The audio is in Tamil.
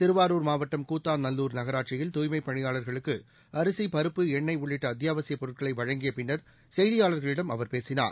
திருவாரூர் மாவட்டம் கூத்தாநல்லூர் நகராட்சியில் தூய்மைப் பணியாளர்களுக்கு அரிசி பருப்பு எண்ணெய் உள்ளிட்ட அத்தியாவசியப் பொருட்களை வழங்கிய பின்னர் செய்தியாளர்களிடம் அவர் பேசினார்